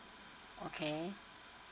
okay